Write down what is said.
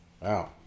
Wow